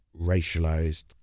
racialized